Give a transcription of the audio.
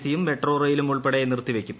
C യും metro ട്രറെയിലും ഉൾപ്പെടെ നിർത്തിവയ്ക്കും